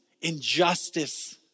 injustice